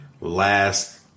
last